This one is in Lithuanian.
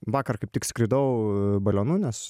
vakar kaip tik skridau balionu nes